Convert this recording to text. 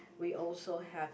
we also have